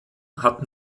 hatten